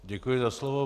Děkuji za slovo.